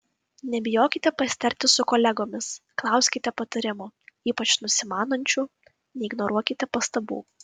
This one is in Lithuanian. nebijokite pasitarti su kolegomis klauskite patarimų ypač nusimanančių neignoruokite pastabų